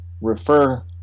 refer